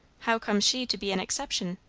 how comes she to be an exception?